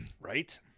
Right